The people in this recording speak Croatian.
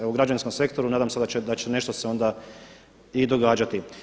Evo građevinskom sektoru nadam se da će nešto se onda i događati.